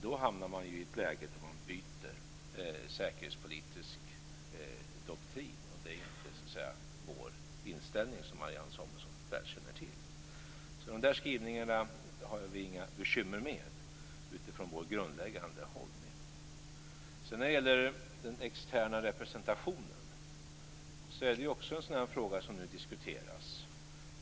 Då hamnar man i ett läge när man byter säkerhetspolitisk doktrin, och det är inte vår inställning som Marianne Samuelsson väl känner till. Dessa skrivningar har vi inga bekymmer med utifrån vår grundläggande hållning. Den externa representationen är också en fråga som nu diskuteras.